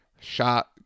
Shot